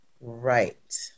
Right